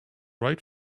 right